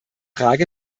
frage